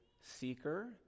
seeker